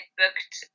booked